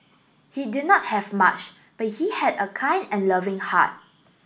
he did not have much but he had a kind and loving heart